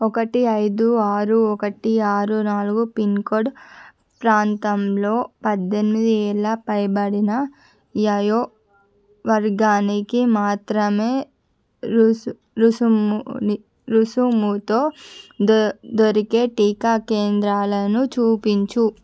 ఒకటి ఐదు ఆరు ఒకటి ఆరు నాలుగు పిన్ కోడ్ ప్రాంతంలో పద్దెనిమిది ఏళ్ళ పైబడిన వయో వర్గానికి మాత్రమే రుసు రుసుముని రుసుముతో దొరి దొరికే టీకా కేంద్రాలను చూపించుము